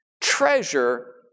treasure